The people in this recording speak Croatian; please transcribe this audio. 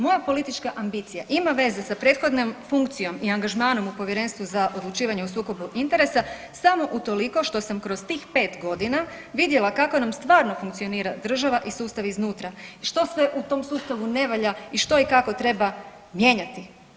Moja politička ambicija ima veze sa prethodnom funkcijom i angažmanom u Povjerenstvu za odlučivanje o sukobu interesa samo utoliko što sam kroz tih pet godina vidjela kako nam stvarno funkcionira država i sustav iznutra i što sve u tom sustavu ne valja i što i kako treba mijenjati.